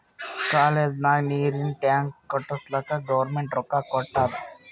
college ನಾಗ್ ನೀರಿಂದ್ tank ಕಟ್ಟುಸ್ಲಕ್ ಗೌರ್ಮೆಂಟ್ ರೊಕ್ಕಾ ಕೊಟ್ಟಾದ್